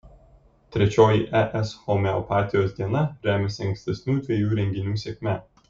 trečioji es homeopatijos diena remiasi ankstesnių dviejų renginių sėkme